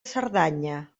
cerdanya